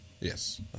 Yes